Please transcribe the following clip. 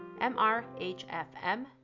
MRHFM, &